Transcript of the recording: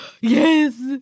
Yes